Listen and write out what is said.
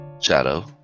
Shadow